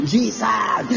Jesus